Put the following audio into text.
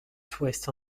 twist